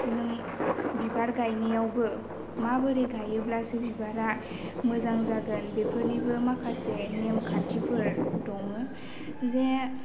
नों बिबार गायनायावबो माबोरै गायोब्लासो बिबारा मोजां जागोन बेफोरनिबो माखासे नेमखान्थिफोर दङ जे